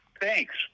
Thanks